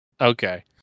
Okay